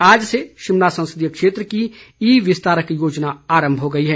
आज से शिमला संसदीय क्षेत्र की ई विस्तारक योजना आरम्भ हो गई है